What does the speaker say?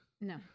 No